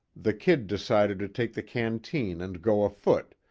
the kid decided to take the canteen and go afoot,